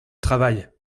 travail